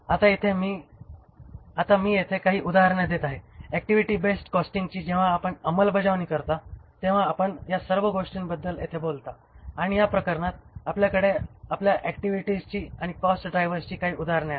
आता मी येथे काही उदाहरणे देत आहे ऍक्टिव्हिटी बेस्ड कॉस्टिंगची जेव्हा आपण अंमलबजावणी करता तेव्हा आपण या सर्व गोष्टींबद्दल येथे बोलता आणि या प्रकरणात आपल्याकडे आपल्या ऍक्टिव्हिटीजची आणि कॉस्ट ड्रायव्हर्सची काही उदाहरणे आहेत